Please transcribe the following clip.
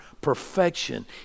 perfection